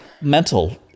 Mental